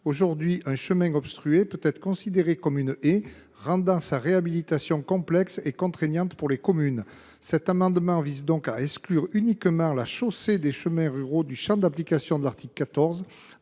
important. Un chemin obstrué pourrait être considéré comme une haie, ce qui rendrait sa réhabilitation complexe et contraignante pour les communes. Cet amendement vise donc à exclure la chaussée des chemins ruraux du champ d’application de l’article 14,